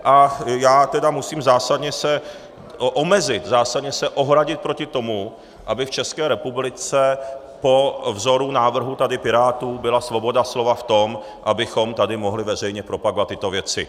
A já tedy musím zásadně se omezit, zásadně se ohradit proti tomu, aby v České republice po vzoru návrhu tady Pirátů byla svoboda slova v tom, abychom tady mohli veřejně propagovat tyto věci.